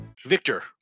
Victor